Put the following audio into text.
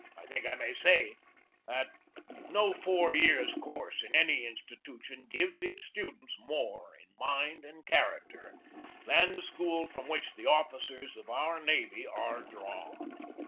i think i may say that no four years' course in any institution gives its students more in mind and character than the school from which the officers of our navy are drawn.